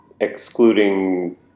excluding